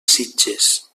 sitges